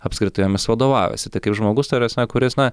apskritai jomis vadovaujasi tai kaip žmogus ta prasme kuris na